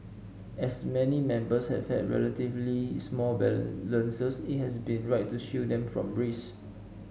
as many members have had relatively small balances it has been right to shield them from risk